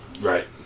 Right